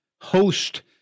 host